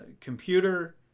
computer